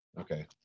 Okay